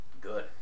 good